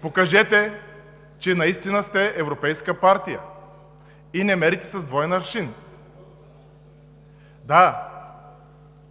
покажете, че наистина сте европейска партия и не мерите с двоен аршин. Да,